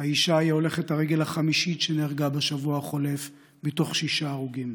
האישה היא הולכת הרגל החמישית שנהרגה בשבוע החולף מתוך שישה הרוגים.